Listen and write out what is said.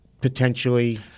potentially